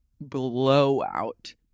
blowout